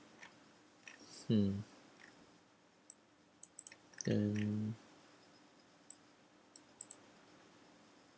mm then